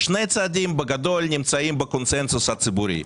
שני צעדים בגדול נמצאים בקונצנזוס הציבורי.